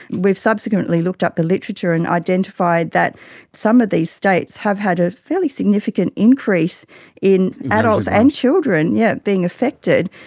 we've subsequently up the literature and identified that some of these states have had a fairly significant increase in adults and children yeah being affected,